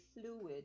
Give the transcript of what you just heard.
fluid